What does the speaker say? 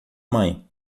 mãe